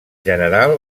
general